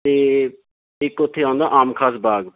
ਅਤੇ ਇੱਕ ਉੱਥੇ ਆਉਂਦਾ ਆਮ ਖ਼ਾਸ ਬਾਗ਼